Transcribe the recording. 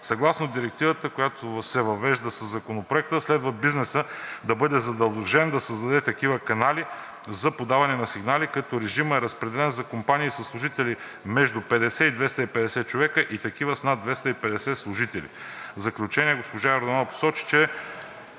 Съгласно Директивата, която се въвежда със Законопроекта, следва бизнесът да бъде задължен да създаде такива канали за подаване на сигнали, като режимът е разделен за компании със служители между 50 и 250 човека и такива с над 250 служители. В заключение госпожа Йорданова посочи, че